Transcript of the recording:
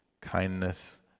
kindness